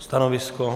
Stanovisko?